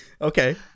Okay